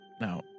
Now